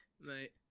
mate